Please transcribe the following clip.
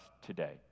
today